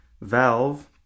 Valve